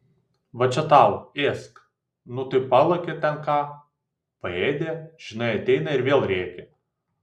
va čia tau ėsk nu tai palakė ten ką paėdė žinai ateina ir vėl rėkia